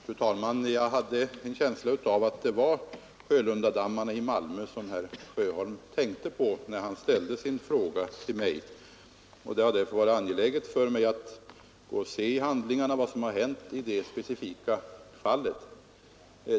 Fru talman! Jag hade en känsla av att det just var Sjölundadammarna i Malmö som herr Sjöholm tänkte på, när han framställde sin fråga till mig, och det har därför varit angeläget för mig att gå till handlingarna och se vad som hänt i det specifika fallet.